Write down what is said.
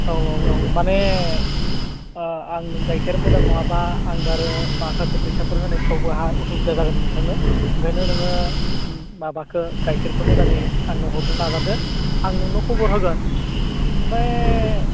औ औ औ माने अ आं गाइखेर मोजां नङाब्ला आंबो आरो माखासे फैसाफोर होनायफ्रावहा असुबिदा जागोन ओंखायनो नोङो माबाखो गाइखेरखो मोजाङै आंनो हरनो नाजादो आं नोंनो खबर होगोन ओमफाय